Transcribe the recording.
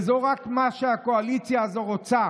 וזה רק מה שהקואליציה הזאת רוצה,